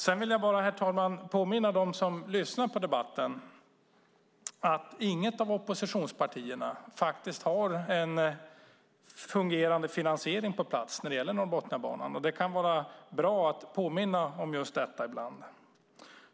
Jag vill påminna dem som lyssnar på debatten om att inget av oppositionspartierna har en fungerande finansiering på plats när det gäller Norrbotniabanan. Det kan vara bra att påminna om detta ibland.